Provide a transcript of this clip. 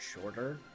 shorter